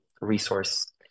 resource